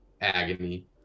agony